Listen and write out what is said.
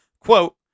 Quote